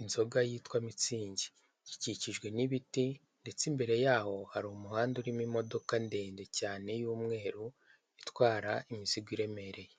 inzoga yitwa mitsingi, gikikijwe n'ibiti ndetse imbere yaho hari umuhanda urimo imodoka ndende cyane y'umweru itwara imizigo iremereye.